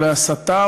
אולי מהסתה,